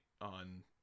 on